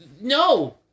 No